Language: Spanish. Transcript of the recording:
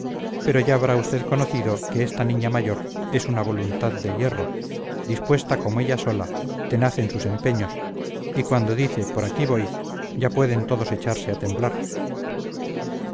pero ya habrá usted conocido que esta niña mayor es una voluntad de hierro dispuesta como ella sola tenaz en sus empeños y cuando dice por aquí voy ya pueden todos echarse a temblar